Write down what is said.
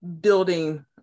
building